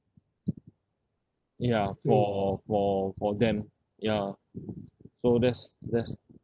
ya for for for them ya so there's there's